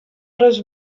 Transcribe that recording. ris